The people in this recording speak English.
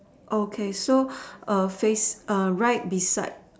okay so face right beside